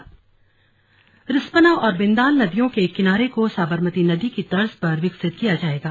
slug नदी MOU Rispana और बिंदाल नदियों के किनारों को साबरमती नदी की तर्ज पर विकसित किया जाएगा